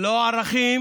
לא ערכים